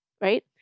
right